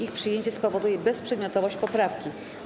Ich przyjęcie spowoduje bezprzedmiotowość poprawki.